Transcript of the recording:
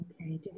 Okay